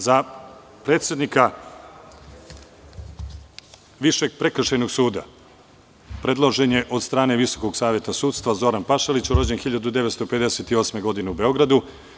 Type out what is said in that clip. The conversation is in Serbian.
Za predsednika Višeg prekršajnog suda predložen je od strane Visokog saveta sudstva Zoran Pašalić, rođen 1958. godine u Beogradu.